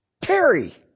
Terry